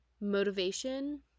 motivation